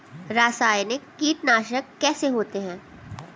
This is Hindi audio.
रासायनिक कीटनाशक कैसे होते हैं?